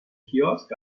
kiosk